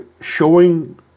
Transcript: showing